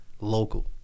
local